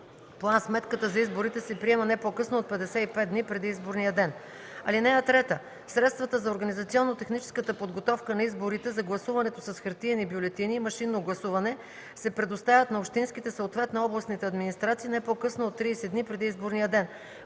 План-сметката за изборите се приема не по-късно от 55 преди изборния ден. (3) Средствата за организационно-техническата подготовка на изборите за гласуването с хартиени бюлетини и машинно гласуване се предоставят на общинските, съответно областните администрации не по-късно от 30 дни преди изборния ден.”